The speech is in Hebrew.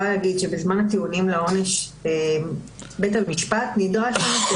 בזמן הטיעונים לעונש בית המשפט נדרש לנושא,